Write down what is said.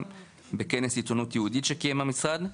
בכנס עיתונות יהודית שקיים המשרד,